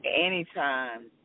Anytime